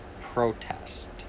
protest